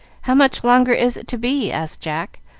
how much longer is it to be? asked jack,